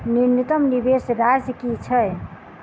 न्यूनतम निवेश राशि की छई?